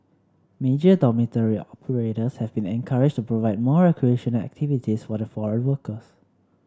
major dormitory operators have been encouraged to provide more recreational activities for the foreign workers